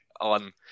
on